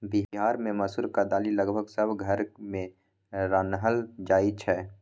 बिहार मे मसुरीक दालि लगभग सब घर मे रान्हल जाइ छै